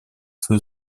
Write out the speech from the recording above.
свою